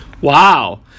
Wow